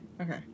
Okay